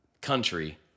country